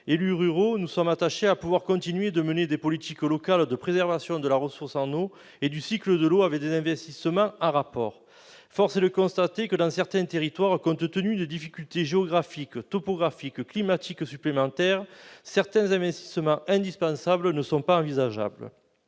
Élus ruraux, nous sommes attachés au fait de pouvoir continuer à mener des politiques locales de préservation de la ressource en eau et du cycle de l'eau avec des investissements en rapport. Force est de constater que, dans certains territoires, compte tenu des difficultés géographiques, topographiques, climatiques supplémentaires, certains investissements indispensables ne sont pas envisageables.